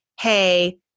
Hey